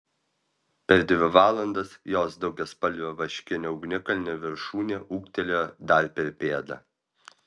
per dvi valandas jos daugiaspalvio vaškinio ugnikalnio viršūnė ūgtelėjo dar per pėdą